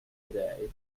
today